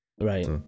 Right